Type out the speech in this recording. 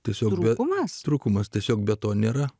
tiesiog vienas trūkumas tiesiog be to nėra